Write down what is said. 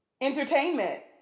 entertainment